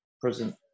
present